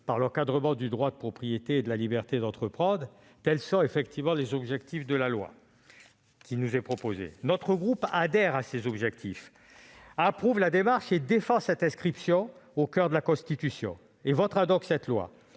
par l'encadrement du droit de propriété et de la liberté d'entreprendre, tels sont les objectifs du texte qui nous est proposé. Notre groupe adhère à ces objectifs, approuve la démarche et défend cette inscription au coeur de la Constitution. Il votera donc cette